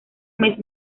mes